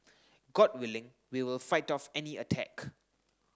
god willing we will fight off any attack